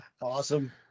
Awesome